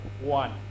one